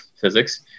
physics